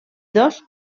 dos